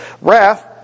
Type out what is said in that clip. wrath